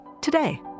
today